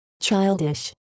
Childish